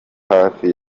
hafi